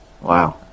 Wow